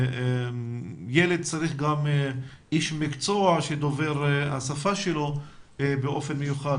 ילד צריך גם איש מקצוע שדובר את השפה שלו באופן מיוחד.